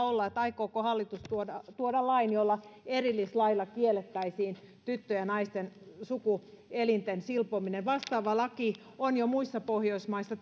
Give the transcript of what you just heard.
olla että aikooko hallitus tuoda tuoda erillislain jolla kiellettäisiin tyttöjen ja naisten sukuelinten silpominen vastaava laki on jo muissa pohjoismaissa